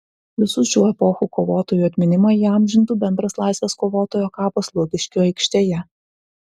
visų šių epochų kovotojų atminimą įamžintų bendras laisvės kovotojo kapas lukiškių aikštėje